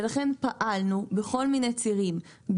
ולכן פעלנו בכל מיני צירים,